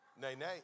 Nay-nay